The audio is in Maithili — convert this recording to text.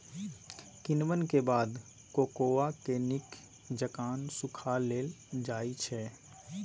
किण्वन के बाद कोकोआ के नीक जकां सुखा लेल जाइ छइ